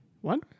One